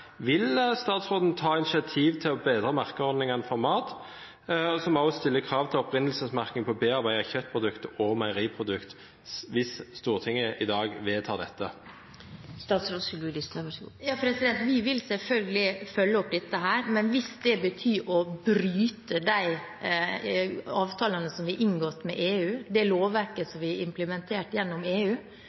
Vil statsråden ta initiativ til å bedre merkeordningene for mat, som også stiller krav til opprinnelsesmerking på bearbeidede kjøttprodukter og meieriprodukter, hvis Stortinget i dag vedtar dette? Vi vil selvfølgelig følge opp dette, men hvis det betyr å bryte de avtalene som vi har inngått med EU, det lovverket som vi har implementert gjennom EU,